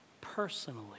personally